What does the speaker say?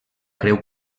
creu